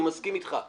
אני מסכים אתך,